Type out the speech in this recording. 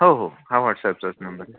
हो हो हा वॉटसॲपचाच नंबर आहे